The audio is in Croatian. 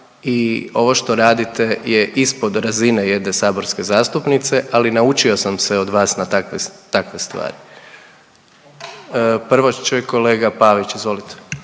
i ovo što radite je ispod razine jedne saborske zastupnice, ali naučio sam se od vas na takve stvari. Prvo će kolega Pavić, izvolite.